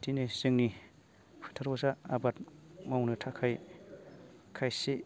बिदिनो जोंनि फोथाराव जा आबाद मावनो थाखाय खायसे